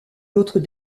l’autre